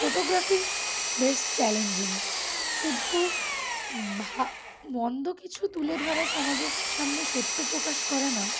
ফটোগ্রাফির বেশ চ্যালেঞ্জিং শুধু ভা মন্দ কিছু তুলে ধরা সমাজের সামনে সত্য প্রকাশ করা নয়